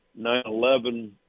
9-11